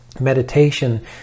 meditation